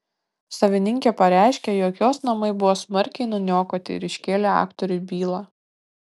savininkė pareiškė jog jos namai buvo smarkiai nuniokoti ir iškėlė aktoriui bylą